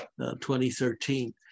2013